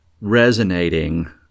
resonating